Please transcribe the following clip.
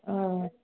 हय